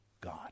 God